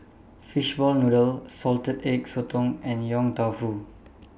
Fishball Noodle Salted Egg Sotong and Yong Tau Foo